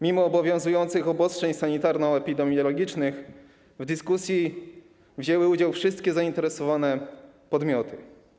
Mimo obowiązujących obostrzeń sanitarno-epidemiologicznych w dyskusji wzięły udział wszystkie zainteresowane podmioty.